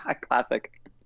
Classic